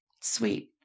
Sweet